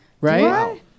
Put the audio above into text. Right